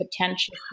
potential